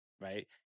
right